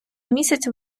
місяць